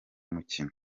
mukino